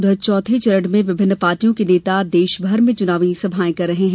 उधर चौथे चरण में विभिन्न पार्टियों के नेता देशभर में चुनाव सभाएं कर रहे हैं